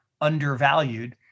undervalued